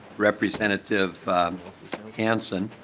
representative hansen.